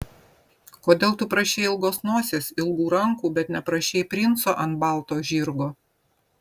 kodėl tu prašei ilgos nosies ilgų rankų bet neprašei princo ant balto žirgo